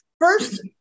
first